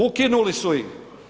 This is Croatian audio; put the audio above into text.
Ukinuli su ih.